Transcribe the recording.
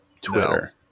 Twitter